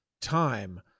time